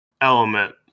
element